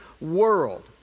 world